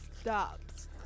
stops